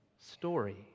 story